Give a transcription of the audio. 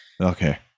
Okay